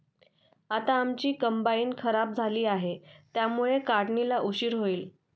आता आमची कंबाइन खराब झाली आहे, त्यामुळे काढणीला उशीर होईल